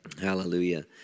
Hallelujah